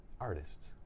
artists